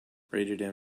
rated